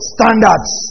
Standards